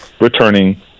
returning